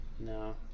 No